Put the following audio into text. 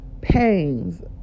pains